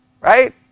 right